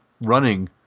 running